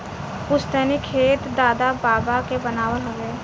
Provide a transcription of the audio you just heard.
पुस्तैनी खेत दादा बाबा के बनावल हवे